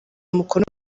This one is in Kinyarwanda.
umukono